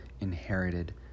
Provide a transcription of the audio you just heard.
inherited